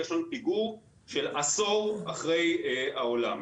יש לנו פיגור של עשור אחרי העולם.